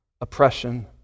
oppression